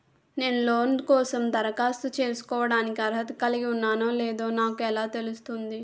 నేను లోన్ కోసం దరఖాస్తు చేసుకోవడానికి అర్హత కలిగి ఉన్నానో లేదో నాకు ఎలా తెలుస్తుంది?